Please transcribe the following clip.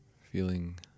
Feeling